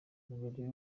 umugore